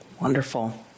Wonderful